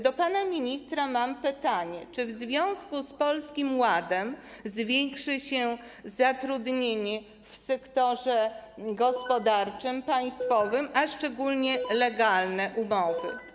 Do pana ministra mam pytanie: Czy w związku z Polskim Ładem zwiększy się zatrudnienie w sektorze gospodarczym, państwowym, a szczególnie liczba legalnych umów?